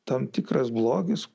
tam tikras blogis